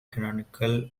canonical